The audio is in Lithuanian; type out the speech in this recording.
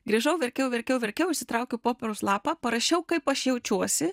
grįžau verkiau verkiau verkiau išsitraukiau popieriaus lapą parašiau kaip aš jaučiuosi